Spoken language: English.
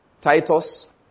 Titus